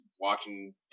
watching